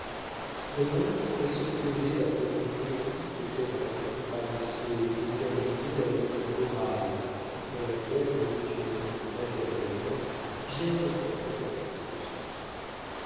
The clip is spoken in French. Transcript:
d'ailleurs elle se plaisait à prolonger toute querelle qui paraissait éterniser la lutte morale après laquelle venait une lutte matérielle bien autrement dangereuse